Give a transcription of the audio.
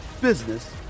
business